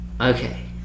Okay